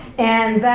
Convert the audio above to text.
and